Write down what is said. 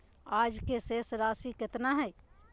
आज के शेष राशि केतना हइ?